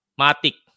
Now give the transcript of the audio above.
matik